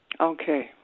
Okay